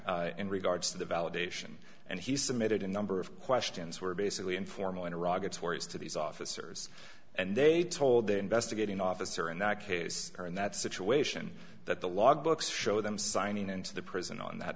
in regards to the validation and he submitted a number of questions were basically informal in iraq that's where he is to these officers and they told the investigating officer in that case or in that situation that the logbooks show them signing into the prison on that